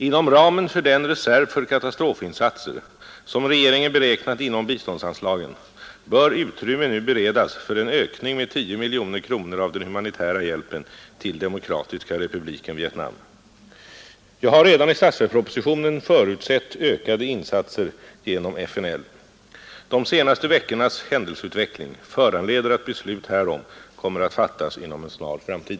Inom ramen för den reserv för katastrofinsatser, som regeringen beräknat inom biståndsanslagen, bör utrymme nu beredas för en ökning med 10 miljoner kronor av den humanitära hjälpen till Demokratiska republiken Vietnam. Jag har redan i statsverkspropositionen förutsett ökade insatser genom FNL. De senaste veckornas händelseutveckling föranleder att beslut härom kommer att fattas inom en snar framtid.